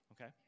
Okay